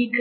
ಈಗ